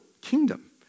kingdom